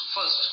First